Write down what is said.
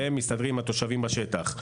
והם מסתדרים עם התושבים בשטח.